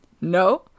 No